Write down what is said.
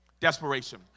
Desperation